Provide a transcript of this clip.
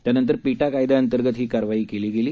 त्यानंतर पिटा कायद्याअंतर्गत ही कारवाई केली गेली